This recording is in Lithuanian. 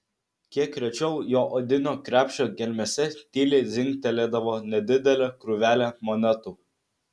kiek rečiau jo odinio krepšio gelmėse tyliai dzingtelėdavo nedidelė krūvelė monetų